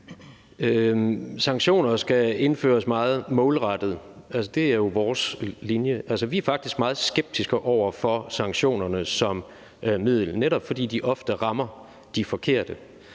Sanktioner skal indføres meget målrettet – det er jo vores linje. Altså, vi er faktisk meget skeptiske over for sanktioner som middel, netop fordi de ofte rammer de forkerte,